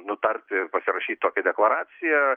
nutart ir pasirašyt tokią deklaraciją